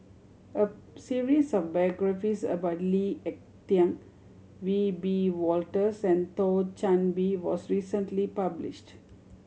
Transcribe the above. a series of biographies about Lee Ek Tieng Wiebe Wolters and Thio Chan Bee was recently published